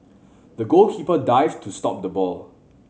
the goalkeeper dived to stop the ball